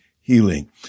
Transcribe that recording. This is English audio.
healing